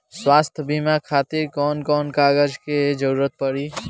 स्वास्थ्य बीमा खातिर कवन कवन कागज के जरुरत पड़ी?